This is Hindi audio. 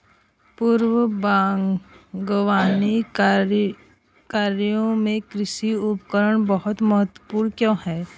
पूर्व बागवानी कार्यों में कृषि उपकरण बहुत महत्वपूर्ण क्यों है?